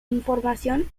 información